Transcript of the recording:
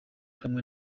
kamwe